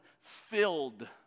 filled